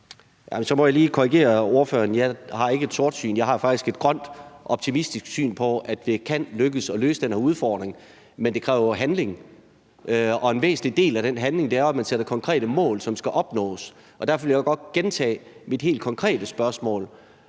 Jeg har ikke et sortsyn. Jeg har faktisk et grønt optimistisk syn på, at det kan lykkes at løse den her udfordring, men det kræver jo handling, og en væsentlig del af den handling er jo, at man sætter konkrete mål, som skal opnås. Og derfor vil jeg gerne gentage mit helt konkrete spørgsmål,